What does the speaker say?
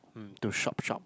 mm to shop shop